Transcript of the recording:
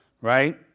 right